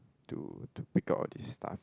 to to pick up all this stuff